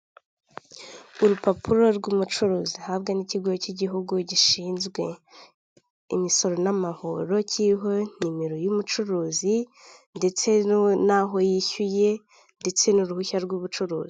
Urupapuro rw'umucuruzi ahabwa n'ikigo cy'igihugu gishinzwe imisoro n'amahoro kiriho nimero y'umucuruzi ndetse n'aho yishyuye ndetse n'uruhushya rw'ubucuruzi.